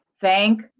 thank